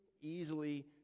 easily